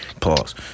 Pause